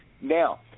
Now